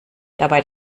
dabei